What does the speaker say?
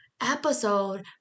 Episode